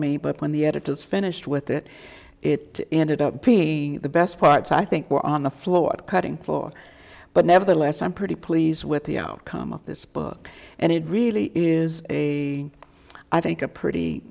me but when the editors finished with it it ended up being the best part so i think we're on the floor at cutting four but nevertheless i'm pretty pleased with the outcome of this book and it really is a i think a pretty